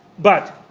but